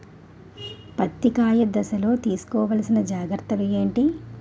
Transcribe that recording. పత్తి కాయ దశ లొ తీసుకోవల్సిన జాగ్రత్తలు ఏంటి?